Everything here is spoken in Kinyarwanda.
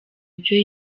ibyo